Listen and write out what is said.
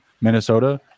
Minnesota